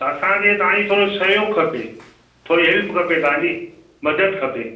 असांखे तव्हां जी थोरो सहयोगु खपे थोरी हेल्प खपे तव्हांजी मदद खपे